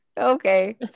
okay